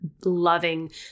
loving